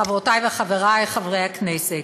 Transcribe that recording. חברותי וחברי חברי הכנסת,